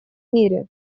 мире